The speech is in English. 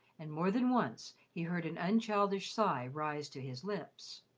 and more than once he heard an unchildish sigh rise to his lips.